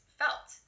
felt